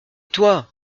toi